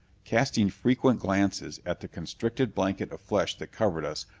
casting frequent glances at the constricted blanket of flesh that covered us,